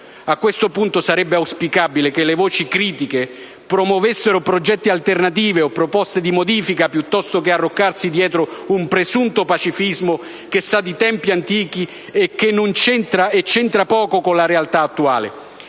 A questo punto sarebbe auspicabile che le voci critiche promuovessero progetti alternativi o proposte di modifica piuttosto che arroccarsi dietro un presunto pacifismo che sa di tempi antichi e c'entra poco con la realtà attuale.